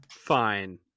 fine